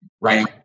Right